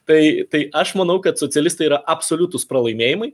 tai tai aš manau kad socialistai yra absoliutūs pralaimėjimai